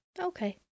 Okay